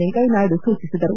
ವೆಂಕಯ್ಲನಾಯ್ಲ ಸೂಚಿಸಿದರು